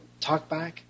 talkback